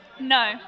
No